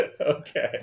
Okay